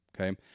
Okay